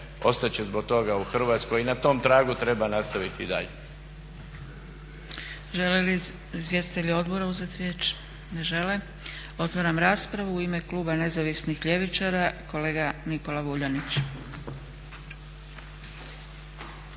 ostati će zbog toga u Hrvatskoj. I na tom tragu treba nastaviti i dalje.